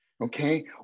Okay